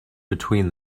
between